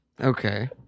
okay